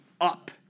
up